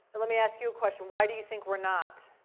let me ask you a question. why do you think we're not?